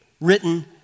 written